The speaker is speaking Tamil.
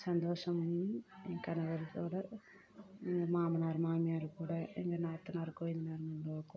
சந்தோஷமும் என் கணவர் கூட எங்கள் மாமனார் மாமியார் கூட எங்கள் நாத்தனார் கொழுந்தானருங்க கூட